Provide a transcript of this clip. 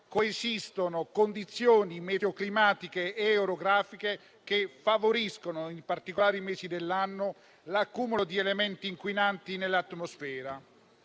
coesistono condizioni meteoclimatiche e orografiche, che in particolari mesi dell'anno, favoriscono l'accumulo di elementi inquinanti nell'atmosfera.